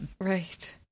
right